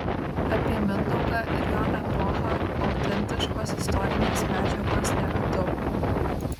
apie mindaugą ir jo epochą autentiškos istorinės medžiagos nėra daug